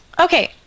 Okay